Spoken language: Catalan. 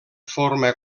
forma